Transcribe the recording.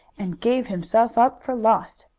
and gave himself up for lost.